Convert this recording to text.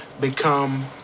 become